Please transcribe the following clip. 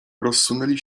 rozsunęli